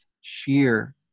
sheer